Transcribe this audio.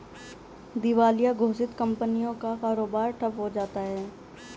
दिवालिया घोषित कंपनियों का कारोबार ठप्प हो जाता है